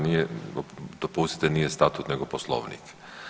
Nije, dopustite nije statut nego poslovnik.